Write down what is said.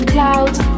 Clouds